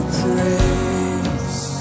praise